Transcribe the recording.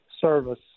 service